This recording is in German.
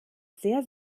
sehr